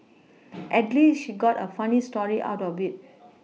at least she got a funny story out of it